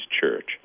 church